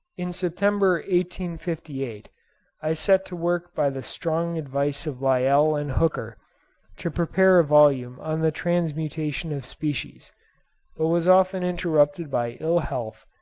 in september fifty eight i set to work by the strong advice of lyell and hooker to prepare a volume on the transmutation of species, but was often interrupted by ill-health,